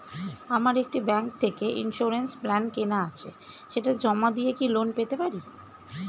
আমার একটি ব্যাংক থেকে ইন্সুরেন্স প্ল্যান কেনা আছে সেটা জমা দিয়ে কি লোন পেতে পারি?